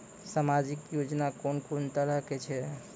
समाजिक योजना कून कून तरहक छै?